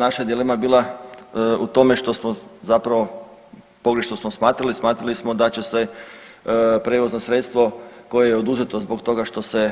Naša dilema je bila u tome što smo zapravo pogrešno smo shvatili, shvatili smo da će se prijevozno sredstvo koje je oduzeto zbog toga što se